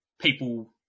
people